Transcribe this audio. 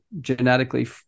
genetically